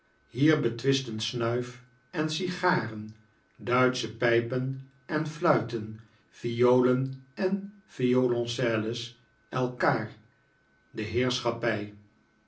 hier betwisten snuif en sigaren duitsche pijpen en fluiten violen en violoncels elkaar de heerschappij